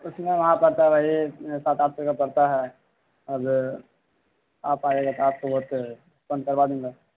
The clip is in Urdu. اس میں وہاں پڑتا وہی سات آٹھ سو کا پڑتا ہے اور آپ آئیے گا تو آپ کو بہت کم کروا دوں گا